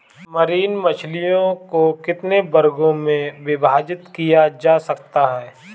Marine मछलियों को कितने वर्गों में विभाजित किया जा सकता है?